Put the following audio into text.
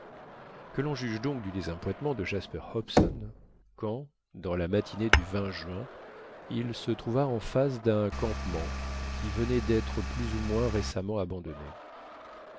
que l'on juge donc du désappointement de jasper hobson quand dans la matinée du juin il se trouva en face d'un campement qui venait d'être plus ou moins récemment abandonné